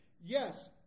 Yes